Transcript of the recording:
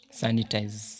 sanitize